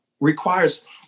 requires